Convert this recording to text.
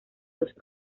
los